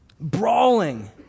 Brawling